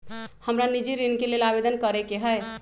हमरा निजी ऋण के लेल आवेदन करै के हए